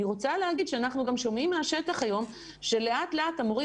אני רוצה להגיד שאנחנו גם שומעים מהשטח היום שלאט לאט המורים